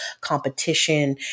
competition